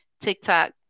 TikTok